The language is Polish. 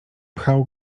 pchał